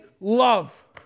love